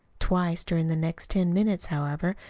twice during the next ten minutes, however,